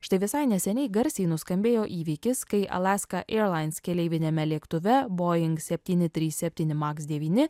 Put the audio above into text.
štai visai neseniai garsiai nuskambėjo įvykis kai alaska airlines keleiviniame lėktuve boeing septyni trys septyni maks devyni